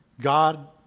God